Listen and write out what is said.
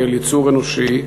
כאל יצור אנושי,